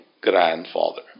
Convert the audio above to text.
grandfather